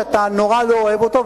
שאתה נורא לא אוהב אותו,